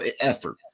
effort